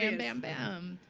and bam, bam.